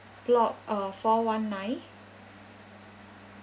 block uh four one nine